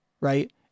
Right